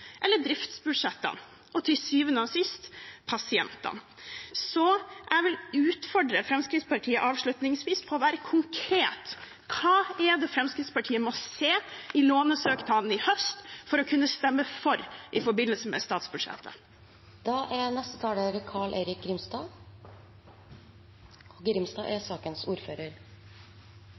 eller driftsbudsjettene – og til syvende og sist pasientene. Så jeg vil avslutningsvis utfordre Fremskrittspartiet på å være konkret: Hva er det de må se i lånesøknaden i høst for å kunne stemme for i forbindelse med statsbudsjettet?